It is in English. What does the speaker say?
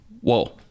Whoa